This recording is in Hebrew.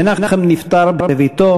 מנחם נפטר בביתו,